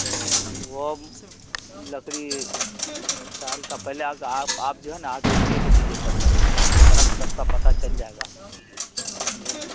تو وہ لکڑی سال کا پہلے آکے آپ آپ جو ہے نا آکے دیکھ لیجیے سب لکڑی کو آپ کو فرق سب کا پتہ چل جائے گا جو ہے نا